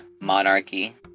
MONARCHY